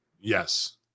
Yes